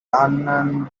unknown